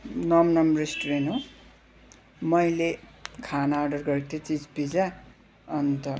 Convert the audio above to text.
नम् नम् रेस्टुरेन्ट हो मैले खाना अर्डर गरेको थिएँ चिज पिज्जा अन्त